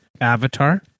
Avatar